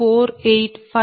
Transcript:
02485 p